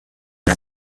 una